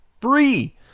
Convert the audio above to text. free